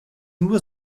nur